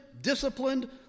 disciplined